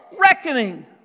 reckoning